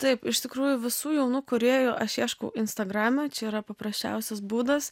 taip iš tikrųjų visų jaunų kūrėjų aš ieškau instagrame čia yra paprasčiausias būdas